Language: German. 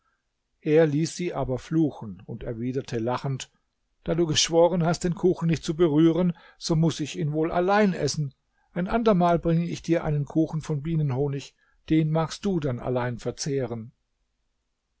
er ließ sie aber fluchen und erwiderte lachend da du geschworen hast den kuchen nicht zu berühren so muß ich ihn wohl allein essen ein andermal bringe ich dir einen kuchen von bienenhonig den magst du dann allein verzehren